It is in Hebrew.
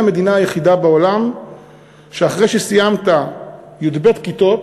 המדינה היחידה בעולם שאחרי שסיימת י"ב כיתות